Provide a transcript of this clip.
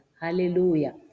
Hallelujah